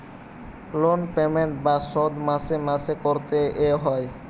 loan payment বা শোধ মাসে মাসে করতে এ হয়